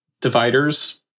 dividers